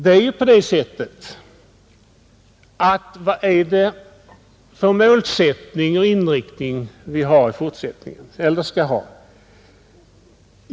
Vad är det för målsättning och inriktning vi skall ha i fortsättningen?